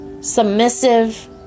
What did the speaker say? Submissive